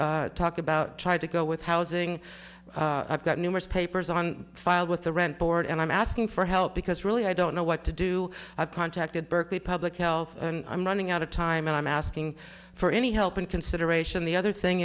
lee talked about trying to go with housing i've got numerous papers on file with the rent board and i'm asking for help because really i don't know what to do i've contacted berkeley public health and i'm running out of time and i'm asking for any help and consideration the other thing